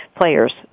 players